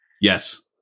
Yes